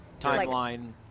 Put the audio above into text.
timeline